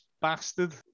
bastard